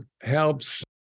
helps